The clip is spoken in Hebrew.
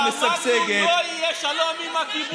אנחנו אמרנו: לא יהיה שלום עם הכיבוש.